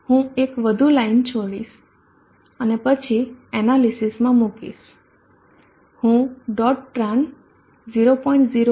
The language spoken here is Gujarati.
હું એક વધુ લાઇન છોડીશ અને પછી એનાલિસિસમાં મૂકીશ હું dot Tran 0